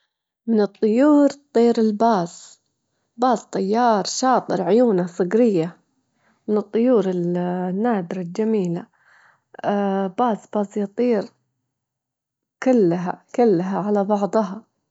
أجيله إنه يغير من روتينه، يغير من نظامه، يرجد مبتشر، وما ما يمستش التليفون، وجبل النوم يسوي حاجات تخليه يسترخي، حتى إنه ممكن يجراله كتاب والا يتأمل الصباح.